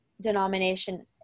denomination